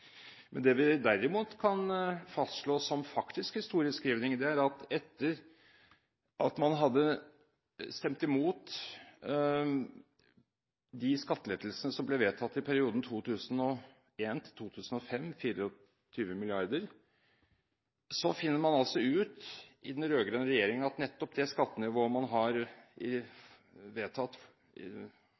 Det vi derimot kan fastslå som faktisk historieskrivning, er at etter at man hadde stemt imot de skattelettelsene som ble vedtatt i perioden 2001–2005, 24 mrd. kr, fant man altså ut i den rød-grønne regjeringen at nettopp det skattenivået man